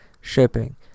shipping